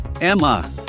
Emma